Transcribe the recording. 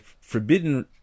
forbidden